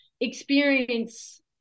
experience